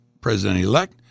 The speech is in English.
President-elect